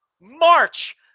March